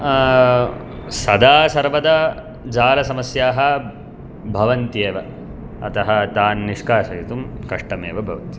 सदा सर्वदा जालसमस्याः भवन्ति एव अतः तान् निष्कासयितुं कष्टम् एव भवति